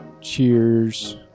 Cheers